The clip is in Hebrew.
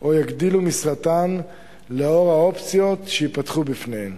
או יגדילו משרתן לאור האופציות שייפתחו בפניהן.